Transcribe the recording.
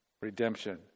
redemption